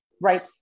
right